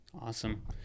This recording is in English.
Awesome